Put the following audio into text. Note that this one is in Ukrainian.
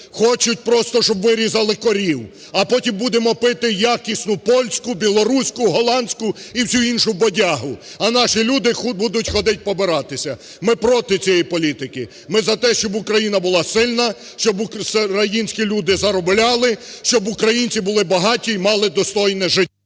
хочуть просто, щоб вирізали корів, а потім будемо пити якісну польську, білоруську, голландську і всю іншу бодягу, а наші люди будуть ходити побиратися. Ми – проти цієї політики, ми – за те, щоб Україна була сильна, щоб українські люди заробляли, щоб українці були багаті і мали достойне життя.